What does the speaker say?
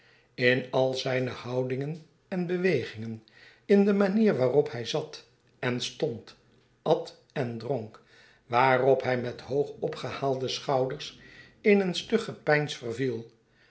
in al zijne houdingen en bewegingen in de manier waarop hij zat en stond at en dronk waarop hij met hoog opgehaalde schouders in een stug gepeins verviel